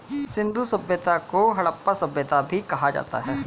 सिंधु सभ्यता को हड़प्पा सभ्यता भी कहा जाता है